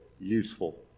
useful